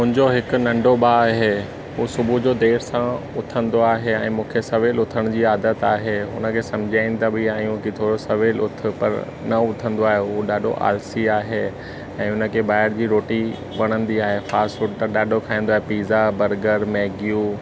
मुंहिंजो हिकु नंढो भाउ आहे हू सुबुह जो देरि सां उथंदो आहे ऐं मूंखे सवेल उथण जी आदत आहे उनखे सम्झाईंदा बि आहियूं की थोरो सवेल उथु पर न उथंदो आहे हू ॾाढो आलसी आहे ऐं उनखे ॿाहिरि जी रोटी वणंदी आहे ऐं फास्ट फूड त ॾाढो खाईंदो आहे पिज़्ज़ा बर्गर मैगियूं